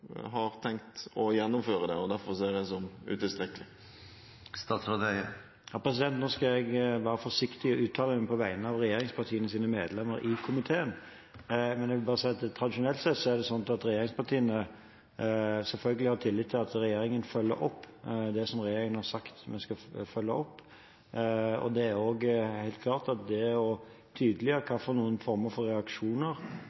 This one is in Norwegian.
har tenkt å gjennomføre det, og at det derfor er utilstrekkelig? Nå skal jeg være forsiktig med å uttale meg på vegne av regjeringspartienes medlemmer i komiteen, men jeg vil bare si at tradisjonelt sett har regjeringspartiene selvfølgelig tillit til at regjeringen følger opp det som regjeringen har sagt at den skal følge opp. Det er også helt klart og tydelig at hvilken form for reaksjoner som skal gjøres ved regelbrudd, vil være en del av den diskusjonen som er i høringen. Så det